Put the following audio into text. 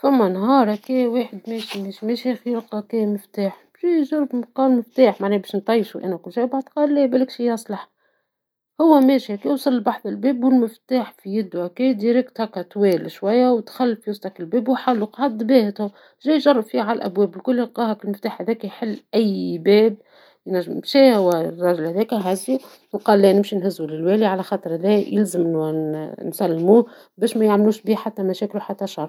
فما نهار هكايا واحد ماشي ماشي هكايا لقى مفتاح ، ايه جربو لقى مفتاح معناها باش نطيشوا وكل شي من بعد قال لا بلاكشي يصلح ، هو وماشي هكا وصل بحذا الباب والمفتاح في يدو هكا ديراكت هكا طوال شويا دخل في وسط الباب وحلوا ، قعد باهت هو ، جا يجرب فيه على الأبواب الكل لقاه المفتاح هذاكا يحل أي باب ينجم ، مشى والراجل هذاكا وهزو وقال لا نمشي نهزو للوالي على خاطر هذايا نسلموه باش ميعملوش بيه حتى مشاكل ولا شر.